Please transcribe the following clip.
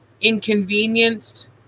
inconvenienced